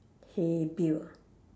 hey bill